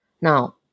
Now